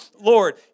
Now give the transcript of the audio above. Lord